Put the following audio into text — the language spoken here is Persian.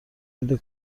میده